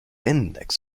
index